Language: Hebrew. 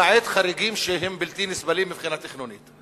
למעט חריגים שהם בלתי נסבלים מבחינה תכנונית,